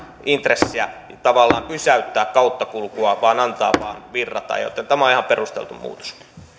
intressiä tavallaan pysäyttää kauttakulkua vaan antaa vain virrata joten tämä on ihan perusteltu muutos